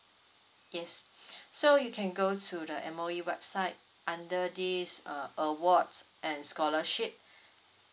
yes so you can go to the M_O_E website under this uh awards and scholarship